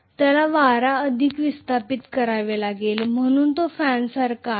त्याला वारा अधिक विस्थापित करावा लागेल म्हणून तो फॅनसारखा आहे